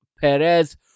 Perez